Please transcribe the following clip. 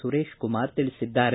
ಸುರೇಶ್ ಕುಮಾರ್ ತಿಳಿಸಿದ್ದಾರೆ